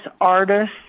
artists